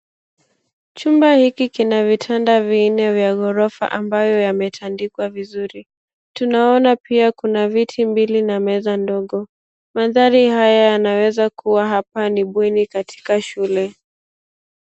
Chumba hiki kina vitanda vinne vya ghorofa ambayo yametandikwa vizuri. Tunaona pia kuna viti mbili na meza ndogo. Mandhari haya yanaweza kuwa hapa ni bweni katika shule.